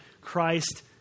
Christ